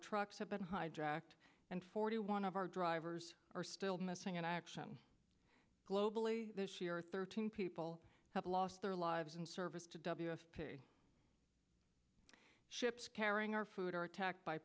trucks have been hijacked and forty one of our drivers are still missing in action globally this year thirteen people have lost their lives in service to w s p ships carrying our food are attacked by